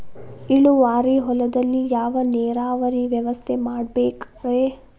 ಇಳುವಾರಿ ಹೊಲದಲ್ಲಿ ಯಾವ ನೇರಾವರಿ ವ್ಯವಸ್ಥೆ ಮಾಡಬೇಕ್ ರೇ?